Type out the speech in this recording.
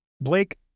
Blake